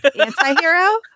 anti-hero